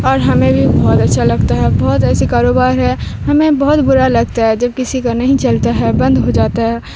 اور ہمیں بھی بہت اچھا لگتا ہے بہت ایسے کاروبار ہے ہمیں بہت برا لگتا ہے جب کسی کا نہیں چلتا ہے بند ہو جاتا ہے